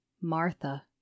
Martha